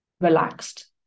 relaxed